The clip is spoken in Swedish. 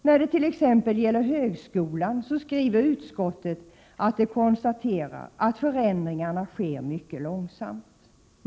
När det gäller t.ex. högskolan skriver utskottet att man konstaterar att förändringarna sker mycket långsamt.